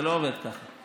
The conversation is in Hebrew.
זה לא עובד כך.